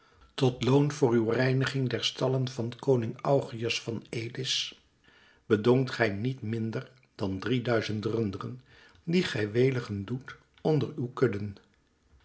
tot loon voor uw reiniging der stallen van koning augeias van elis bedongt gij niet minder dan drieduizend runderen die gij weligen doet onder uw kudden